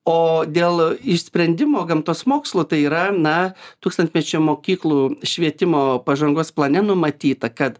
o dėl išsprendimo gamtos mokslų tai yra na tūkstantmečio mokyklų švietimo pažangos plane numatyta kad